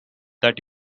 that